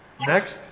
Next